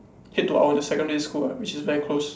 head to our the secondary school ah which is very close